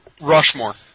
Rushmore